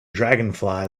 dragonfly